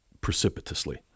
precipitously